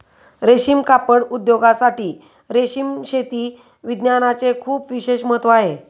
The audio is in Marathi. रेशीम कापड उद्योगासाठी रेशीम शेती विज्ञानाचे खूप विशेष महत्त्व आहे